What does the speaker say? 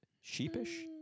Sheepish